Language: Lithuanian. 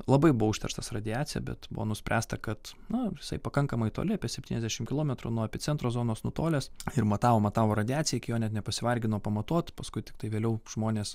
labai buvo užterštas radiacija bet buvo nuspręsta kad na jisai pakankamai toli apie septyniasdešimt kilometrų nuo epicentro zonos nutolęs ir matavo matavo radiaciją iki jo net nepasivargino pamatuot paskui tiktai vėliau žmonės